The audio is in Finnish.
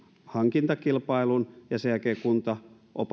hankintakilpailun ja sen jälkeen kunta